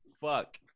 fuck